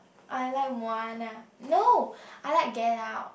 I like Moana no I like Get Out